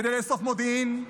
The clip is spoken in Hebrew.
כדי לאסוף מודיעין,